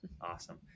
awesome